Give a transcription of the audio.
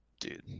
Dude